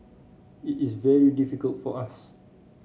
it is very difficult for us